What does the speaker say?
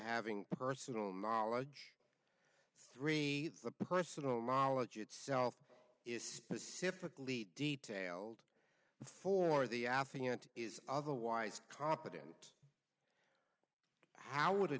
having personal knowledge three the personal knowledge itself is specifically detailed for the affiant is otherwise competent how would a